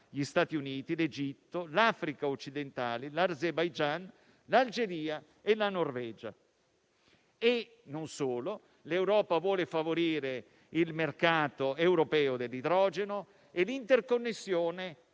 gli Stati Uniti, l'Egitto, l'Africa occidentale, l'Arzebaijan, l'Algeria e la Norvegia. L'Europa vuole inoltre favorire il mercato europeo dell'idrogeno e l'interconnessione